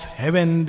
heaven